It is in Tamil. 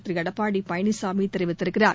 திரு எடப்பாடி பழனிசாமி தெரிவித்திருக்கிறார்